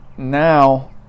Now